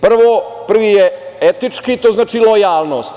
Prvi je etički, to znači lojalnost.